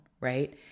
right